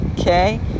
okay